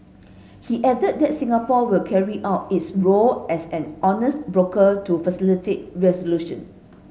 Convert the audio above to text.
he added that Singapore will carry out its role as an honest broker to facilitate resolution